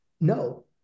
No